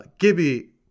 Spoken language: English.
Gibby